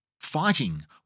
Fighting